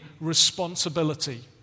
responsibility